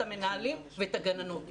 את המנהלים ואת הגננות,